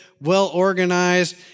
well-organized